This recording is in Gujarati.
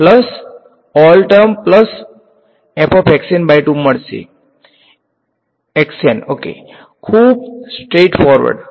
સાચું ખૂબ સ્ટ્રીઈટ ફોર્વડ